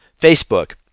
Facebook